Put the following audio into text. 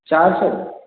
चार सौ